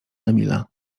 emila